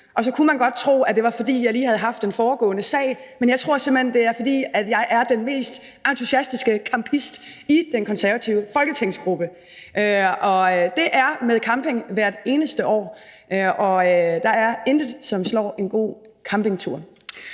og så kunne man godt tro, at det var, fordi jeg lige har haft den foregående sag, men jeg tror simpelt hen, det er, fordi jeg er den mest entusiastiske campist i den konservative folketingsgruppe. Og det er med camping hvert eneste år, og der er intet, som slår en god campingtur.